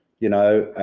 you know,